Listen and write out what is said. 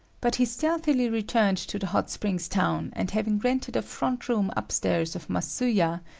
but he stealthily returned to the hot springs town, and having rented a front room upstairs of masuya,